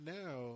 now